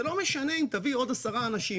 זה לא משנה אם תביא עוד עשרה אנשים.